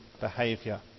behaviour